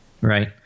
right